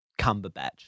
Cumberbatch